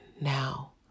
now